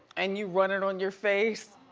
and you run it on your face.